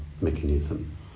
mechanism